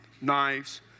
Knives